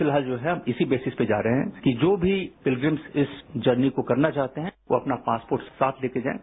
फिलहाल जो है हम इसी बेसिस पर जा रहे हैं कि जो भी पिलप्रिम्स इस जर्नी को करना चाहते हैं वो अपना पासपोर्ट साथ लेकर जाएं